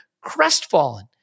crestfallen